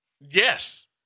Yes